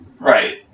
Right